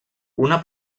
una